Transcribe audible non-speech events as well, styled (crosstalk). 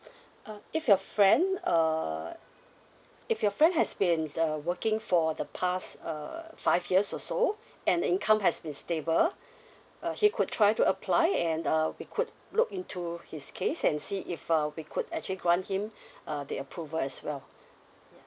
(breath) uh if your friend uh if your friend has been uh working for the past uh five years or so and the income has been stable (breath) uh he could try to apply and uh we could look into his case and see if uh we could actually grant him (breath) uh the approval as well ya